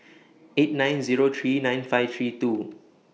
eight nine Zero three nine five three two